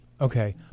Okay